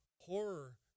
horror